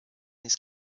his